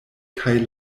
kaj